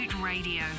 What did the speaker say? Radio